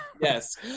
Yes